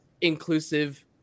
inclusive